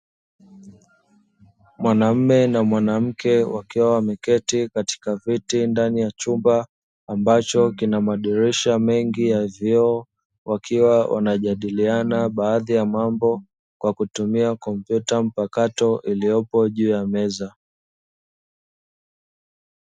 Mwanamume na mwanamke wakiwa wameketi katika viti ndani ya chumba ambacho kina madirisha mengi ya vioo, wakiwa wanajadiliana baadhi ya mambo kwa kutumia kompyuta mpakato iliyopo juu ya meza.